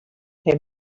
him